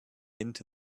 into